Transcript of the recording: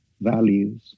values